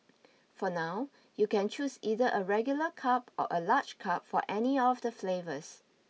for now you can choose either a regular cup or a large cup for any of the flavours